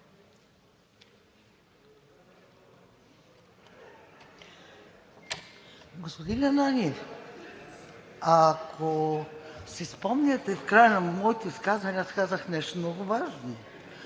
Господин Ананиев, ако си спомняте, в края на моето изказване аз казах нещо много важно.